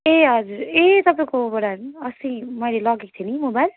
ए हजुर ए तपाईँकोबाट अस्ति मैले लगेको थिएँ नि मोबाइल